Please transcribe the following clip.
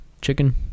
chicken